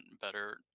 better